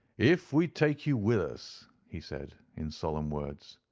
if we take you with us, he said, in solemn words,